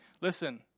listen